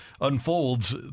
unfolds